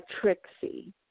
Trixie